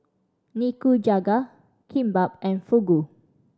Nikujaga Kimbap and Fugu